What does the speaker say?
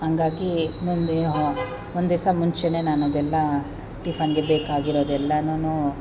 ಹಂಗಾಗೀ ಮುಂದೆ ಒಂದು ದಿವಸ ಮುಂಚೆಯೇ ನಾನದೆಲ್ಲಾ ಟಿಫನ್ನಿಗೆ ಬೇಕಾಗಿರೋದೆಲ್ಲಾನು